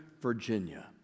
Virginia